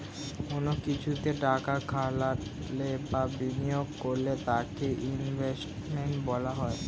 কোন কিছুতে টাকা খাটালে বা বিনিয়োগ করলে তাকে ইনভেস্টমেন্ট বলা হয়